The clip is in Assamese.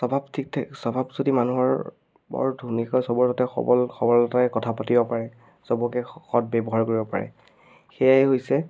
স্বভাৱ ঠিক থাকি স্বভাৱ যদি মানুহৰ বৰ ধনী হয় চবৰ যাতে সবল সৰলতাৰে কথা পাতিব পাৰে চবকে সৎ ব্যৱহাৰ কৰিব পাৰে সেয়াই হৈছে